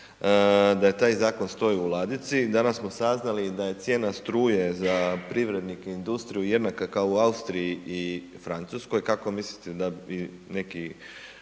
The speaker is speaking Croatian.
Da je taj zakon stoji u ladici. Danas smo saznali da je cijena struja, za privrednike i industriji jednaka kao i u Austriji i Francuskoj. Kako mislite da bi neki,